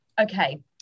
okay